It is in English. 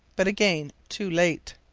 but again too late.